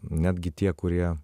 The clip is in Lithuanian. netgi tie kurie